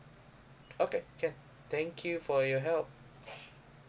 okay can thank you for your help